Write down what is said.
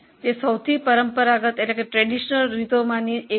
તે પરંપરાગત રીતોમાંની એક છે